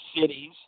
cities